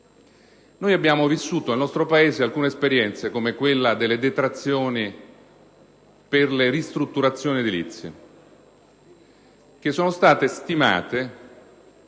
Abbiamo vissuto nel nostro Paese alcune esperienze, come quella delle detrazioni per le ristrutturazioni edilizie, stimate